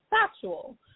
factual